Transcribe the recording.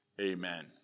Amen